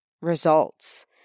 results